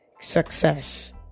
success